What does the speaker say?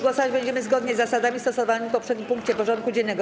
Głosować będziemy zgodnie z zasadami stosowanymi w poprzednim punkcie porządku dziennego.